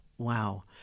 wow